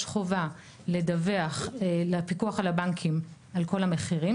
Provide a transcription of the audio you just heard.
יש חובה לדווח לפיקוח על הבנקים על כל המחירים.